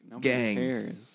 gang